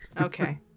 Okay